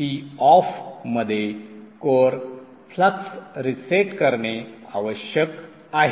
Toff मध्ये core flux reset करणे आवश्यक आहे